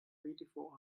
beautiful